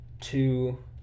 Two